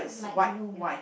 light blue lah